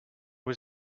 was